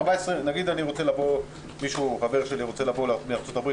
נניח שחבר שלי רוצה לבוא מארצות הברית